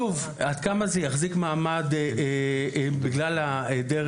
שוב, אני לא יודע לעוד כמה